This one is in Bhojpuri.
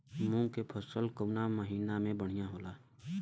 मुँग के फसल कउना महिना में बढ़ियां होला?